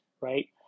right